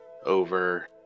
...over